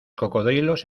cocodrilos